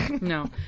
No